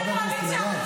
--- חברת הכנסת מירב.